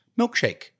milkshake